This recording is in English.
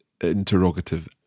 interrogative